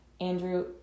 Andrew